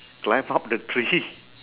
climb up the tree